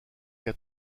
qu’a